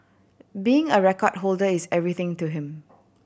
being a record holder is everything to him